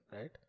right